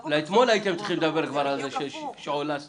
אתמול כבר הייתם צריכים לדבר על זה שעולה סתירה.